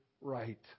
right